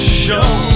show